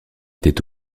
était